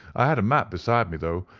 i had a map beside me though,